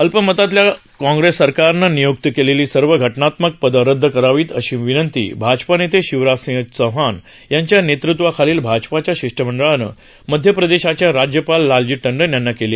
अल्प मतातल्या काँग्रेस सरकारनं नियुक्त केलेली सर्व घटनात्मक पदं रद्द करावीत अशी विनंती भाजपा नेते शिवराज सिंग चौहान यांच्या नेतृत्वाखालील भाजपाच्या शिष्टमंडळाने मध्य प्रदेशाचे राज्यपाल लालाजी टंडन यांना काल केली